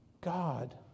God